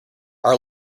our